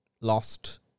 lost